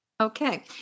Okay